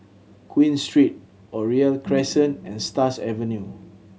Queen Street Oriole Crescent and Stars Avenue